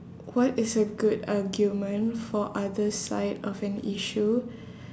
what is a good argument for other side of an issue